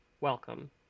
welcome